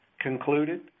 concluded